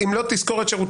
אם לא תשכור את שירותי,